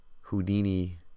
Houdini